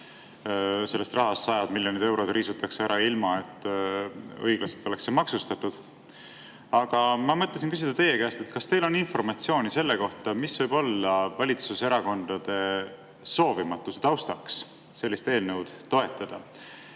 sellest rahast, sajad miljonid eurod riisutakse ära, ilma et see oleks õiglaselt maksustatud. Aga ma mõtlesin küsida teie käest seda, kas teil on informatsiooni selle kohta, mis võib olla valitsuserakondade soovimatuse taustaks sellist eelnõu toetada.